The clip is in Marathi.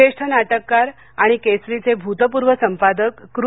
ज्येष्ठ नाटककार आणि केसरी चे भूतपूर्व संपादक कृ